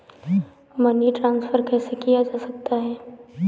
Money transfer कैसे किया जा सकता है?